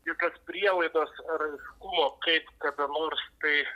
jokios prielaidos ar aiškumo kaip kada nors tai